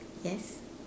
yes